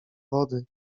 wody